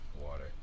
Water